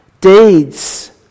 deeds